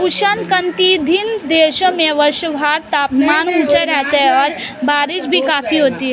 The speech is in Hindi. उष्णकटिबंधीय देशों में वर्षभर तापमान ऊंचा रहता है और बारिश भी काफी होती है